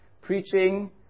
preaching